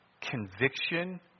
Conviction